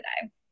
today